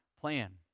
plan